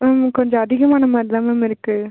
ma'am கொஞ்சம் அதிகமான மாதிரி தான் மேம் இருக்குது